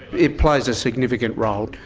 it plays a significant role.